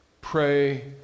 pray